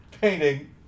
painting